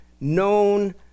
known